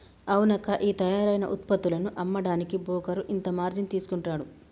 అవునక్కా ఈ తయారైన ఉత్పత్తులను అమ్మడానికి బోకరు ఇంత మార్జిన్ తీసుకుంటాడు